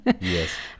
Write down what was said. Yes